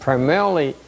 Primarily